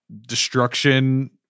destruction